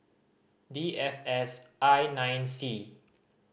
D F S I nine C